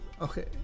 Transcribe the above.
Okay